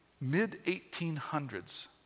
mid-1800s